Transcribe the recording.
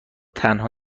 تنها